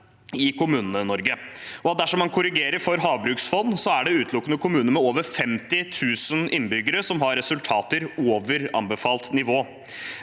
i Kommune-Norge, og at dersom man korrigerer for havbruksfond, er det utelukkende kommuner med over 50 000 innbyggere som har resultater over anbefalt nivå.